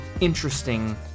interesting